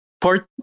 port